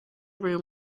room